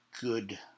good